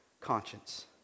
conscience